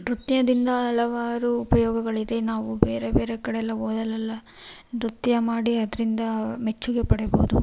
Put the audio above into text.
ನೃತ್ಯದಿಂದ ಹಲವಾರು ಉಪಯೋಗಗಳಿದೆ ನಾವು ಬೇರೆ ಬೇರೆ ಕಡೆಯೆಲ್ಲ ಹೋದಲೆಲ್ಲ ನೃತ್ಯ ಮಾಡಿ ಅದರಿಂದ ಮೆಚ್ಚುಗೆ ಪಡೀಬಹುದು